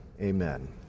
amen